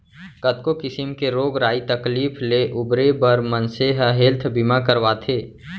कतको किसिम के रोग राई तकलीफ ले उबरे बर मनसे ह हेल्थ बीमा करवाथे